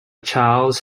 charles